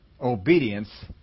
Obedience